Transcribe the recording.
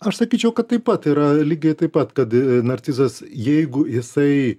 aš sakyčiau kad taip pat yra lygiai taip pat kad narcizas jeigu jisai